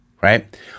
right